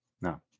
No